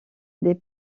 des